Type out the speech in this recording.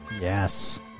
yes